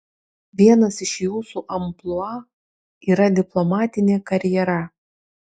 vienas iš jūsų amplua yra diplomatinė karjera